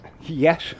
Yes